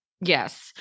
Yes